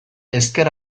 ezker